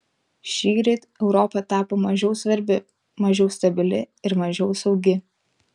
šįryt europa tapo mažiau svarbi mažiau stabili ir mažiau saugi